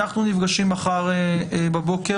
אנחנו נפגשים מחר בבוקר.